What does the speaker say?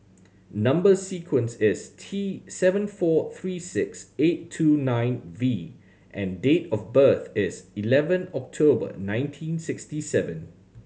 number sequence is T seven four three six eight two nine V and date of birth is eleven October nineteen sixty seven